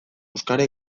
euskara